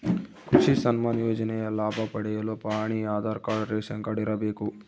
ಕೃಷಿ ಸನ್ಮಾನ್ ಯೋಜನೆಯ ಲಾಭ ಪಡೆಯಲು ಪಹಣಿ ಆಧಾರ್ ಕಾರ್ಡ್ ರೇಷನ್ ಕಾರ್ಡ್ ಇರಬೇಕು